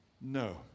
No